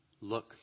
look